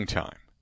time